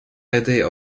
idea